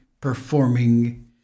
performing